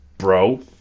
bro